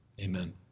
Amen